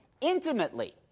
intimately